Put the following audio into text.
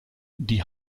die